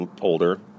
older